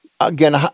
again